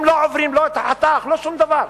הם לא עוברים לא את החתך, לא שום דבר,